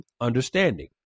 understanding